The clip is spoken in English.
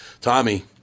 Tommy